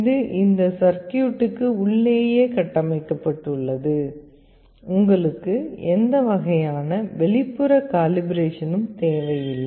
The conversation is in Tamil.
இது இந்த சர்க்யூட்டுக்கு உள்ளேயே கட்டமைக்கப்பட்டுள்ளது உங்களுக்கு எந்த வகையான வெளிப்புற காலிப்ரேஷன் தேவையில்லை